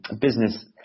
business